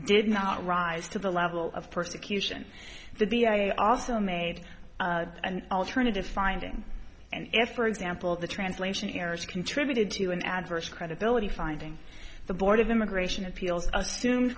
did not rise to the level of persecution the i also made an alternative finding and if for example the translation errors contributed to an adverse credibility finding the board of immigration appeals assume